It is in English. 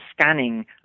scanning